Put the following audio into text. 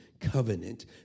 covenant